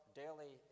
daily